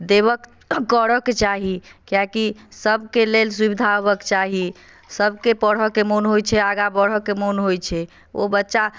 देबय करयके चाही कियाकि सभके लेल सुविधा आबयके चाही सभके पढ़यके मोन होइत छै आगाँ बढ़यके मोन होइत छै ओ बच्चा